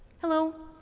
hello.